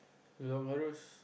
Lorong Halus